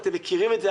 אתם מכירים את זה.